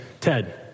Ted